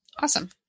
Awesome